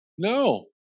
No